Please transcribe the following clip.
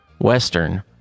Western